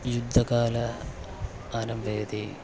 युद्धकाले अनंवेदि